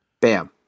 Bam